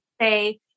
say